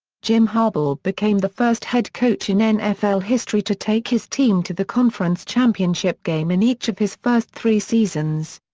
jim harbaugh became the first head coach in nfl history to take his team to the conference championship game in each of his first three seasons.